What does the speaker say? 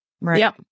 Right